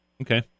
Okay